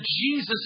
Jesus